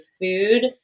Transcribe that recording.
Food